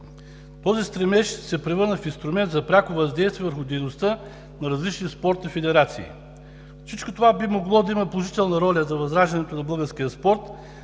Този стремеж се превърна в инструмент за пряко въздействие върху дейността на различни спортни федерации. Всичко това би могло да има положителна роля за възраждането на българския спорт